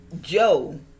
Joe